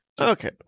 Okay